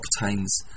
obtains